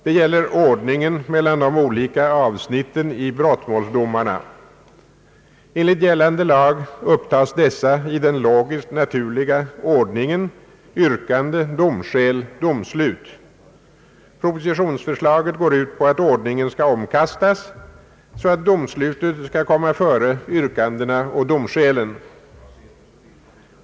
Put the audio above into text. Den gäller ordningen mellan de olika avsnitten i brottmålsdomarna. Enligt gällande lag upptas dessa i den logiskt naturliga ordningen: yrkande, domskäl, domslut. Propositionsförslaget går ut på att ordningen skall omkastas, så att domslutet skall komma före yrkandena och domskälen.